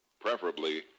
preferably